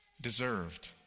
deserved